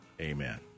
Amen